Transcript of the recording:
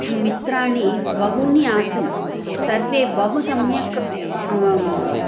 मित्राणि बहूनि आसन् सर्वे बहु सम्यक्